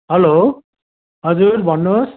hello हजुर भन्नुहोस्